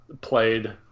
played